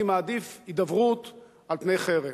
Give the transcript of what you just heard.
אני מעדיף הידברות על פני חרם.